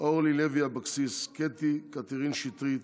אורלי לוי אבקסיס, קטי קטרין שטרית,